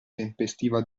tempestiva